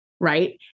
Right